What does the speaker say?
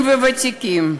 וותיקים,